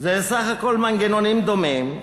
זה סך הכול מנגנונים דומים,